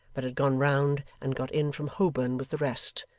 but had gone round and got in from holborn with the rest,